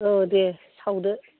औ दे सावदो